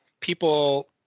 people